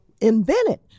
invented